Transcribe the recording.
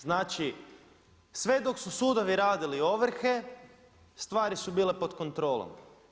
Znači, sve dok su sudovi radili ovrhe stvari su bile pod kontrolom.